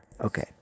Okay